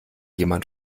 jemand